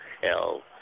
hell